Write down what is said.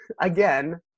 again